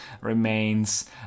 remains